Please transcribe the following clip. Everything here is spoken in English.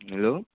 hello